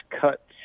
cut